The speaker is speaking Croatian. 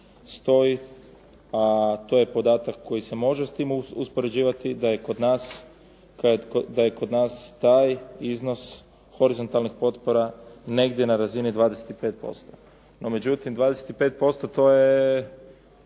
stoji a to je podatak koji se može s time uspoređivati da je kod nas taj iznos horizontalnih potpora negdje na razini 25%. No međutim, 25% to je